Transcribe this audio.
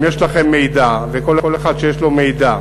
אם יש לכם מידע וכל אחד שיש לו מידע,